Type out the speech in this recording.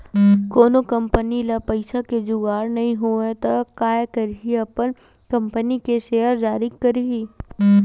कोनो कंपनी ल पइसा के जुगाड़ नइ होवय त काय करही अपन कंपनी के सेयर जारी करही